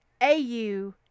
au